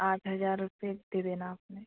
आठ हज़ार रुपये दे देना आपने